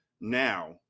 now